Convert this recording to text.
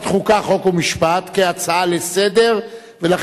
החוקה, חוק ומשפט כהצעה לסדר-היום.